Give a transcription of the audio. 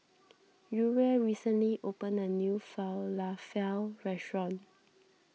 Uriel recently opened a new Falafel restaurant